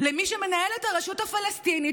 למי שמנהל את הרשות הפלסטינית,